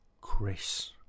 chris